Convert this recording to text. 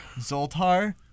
Zoltar